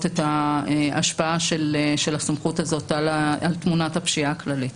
את ההשפעה של הסמכות הזאת על תמונת הפשיעה הכללית.